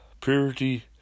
purity